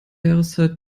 jahreszeit